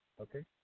Okay